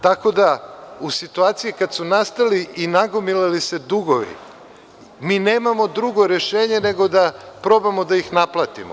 Tako da, u situaciji kada su nastali i nagomilali se dugovi, mi nemamo drugo rešenje nego da probamo da ih naplatimo.